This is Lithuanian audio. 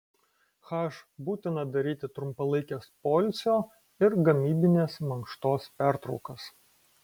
h būtina daryti trumpalaikes poilsio ir gamybinės mankštos pertraukas